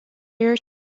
your